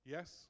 Yes